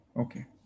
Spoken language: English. Okay